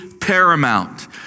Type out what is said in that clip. paramount